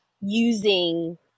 using